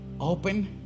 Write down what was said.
Open